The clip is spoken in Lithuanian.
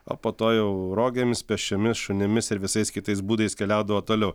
o po to jau rogėmis pėsčiomis šunimis ir visais kitais būdais keliaudavo toliau